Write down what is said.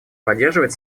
поддерживает